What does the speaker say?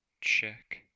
check